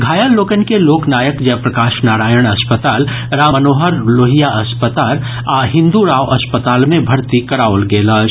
घायल लोकनि के लोक नायक जयप्रकाश नारायण अस्पताल राम मनोहर लोहिया अस्पताल आ हिन्दु राव अस्पताल मे भर्ती कराओल गेल अछि